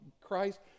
Christ